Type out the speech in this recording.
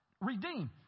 Redeem